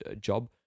job